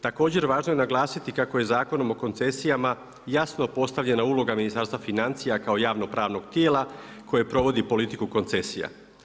Također važno je naglasiti kako je Zakonom o koncesijama jasno postavljena uloga Ministarstva financija kao javno pravnog tijela, koje provodi politika koncesija.